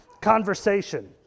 conversation